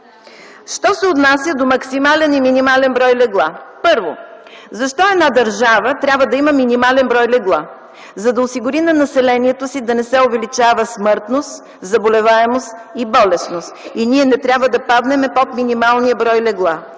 Що се отнася до максимален и минимален брой легла. Първо, защо една държава трябва да има минимален брой легла? За да осигури на населението си да не се увеличава смъртността, заболеваемостта и болестността. Ние не трябва да паднем под минималния брой легла